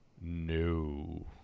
no